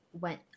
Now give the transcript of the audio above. went